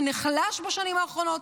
שנחלש בשנים האחרונות,